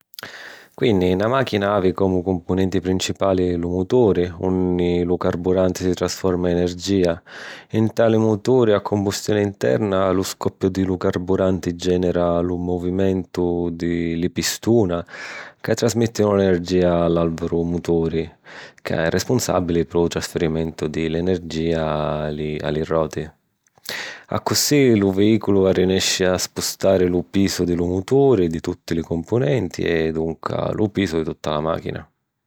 Quinni, na màchina havi comu cumpunenti principali lu muturi, unni lu carburanti si trasforma ‘n energia. Nta li muturi a cumbustioni interna, lu scoppiu di lu carburanti gènera lu muvimentu di li pistuna, ca trasmèttinu l’energia a l’àrvulu muturi, ca è respunsàbili pi lu trasfirimentu di l’energia a... a li roti. Accussì, lu veìculu arrinesci a spustari lu pisu di lu muturi, di tutti li cumpunenti e, dunca, lu pisu di tutta la màchina.